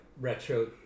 retro